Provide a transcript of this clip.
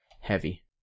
heavy